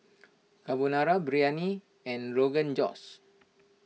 Carbonara Biryani and Rogan Josh